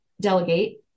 delegate